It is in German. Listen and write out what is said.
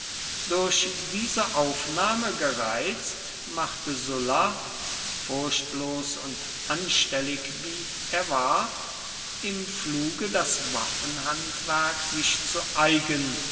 durch diese aufnahme gereizt machte sulla furchtlos und anstellig wie er war im fluge das waffenhandwerk sich zu eigen